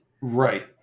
Right